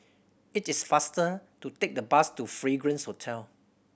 it is faster to take the bus to Fragrance Hotel